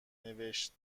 نوشت